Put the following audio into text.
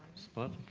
spot.